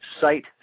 Site